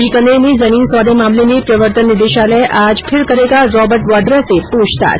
बीकानेर में जमीन सौदे मामले में प्रवर्तन निदेशालय आज फिर करेगा रोबर्ट वाड्रा से प्रछतांछ